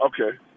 okay